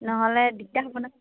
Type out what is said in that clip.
নহ'লে দিগদাৰ হ'ব নহয়